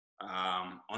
on